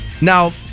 Now